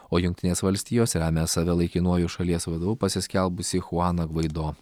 o jungtinės valstijos remia save laikinuoju šalies vadovu pasiskelbusį chuaną gvaido